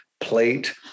plate